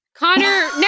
Connor